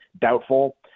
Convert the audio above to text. Doubtful